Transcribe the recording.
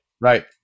Right